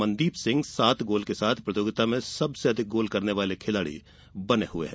मनदीप सिंह सात गोल के साथ प्रतियोगिता में सबसे अधिक गोल करने वाले खिलाड़ी हैं